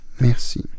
Merci